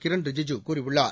கிரண் ரிஜிஜூ கூறியுள்ளார்